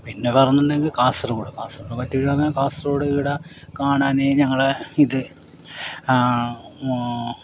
പിന്നെ വേറെയെന്നുണ്ടെങ്കിൽ കാസർഗോഡ് കാസർഗോഡ് പറ്റിയ കാസർഗോഡ് ഈടെ കാണാൻ ഞങ്ങളുടെ ഇത്